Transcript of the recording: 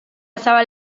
zabal